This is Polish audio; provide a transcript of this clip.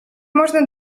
można